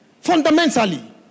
Fundamentally